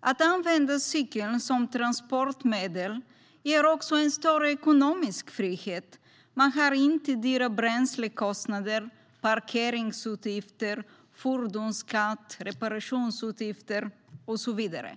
Att använda cykeln som transportmedel ger också en större ekonomisk frihet, då man inte har dyra bränslekostnader, parkeringsutgifter, fordonsskatt, reparationsutgifter och så vidare.